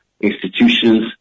institutions